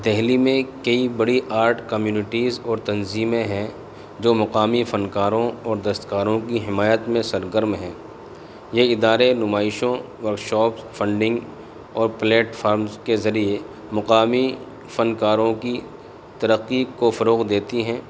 دہلی میں کئی بڑی آرٹ کمیونٹیز اور تنظیمیں ہیں جو مقامی فنکاروں اور دستکاروں کی حمایت میں سرگرم ہیں یہ ادارے نمائشوں ورکشاپس فنڈنگ اور پلیٹفارمس کے ذریعے مقامی فنکاروں کی ترقی کو فروغ دیتی ہیں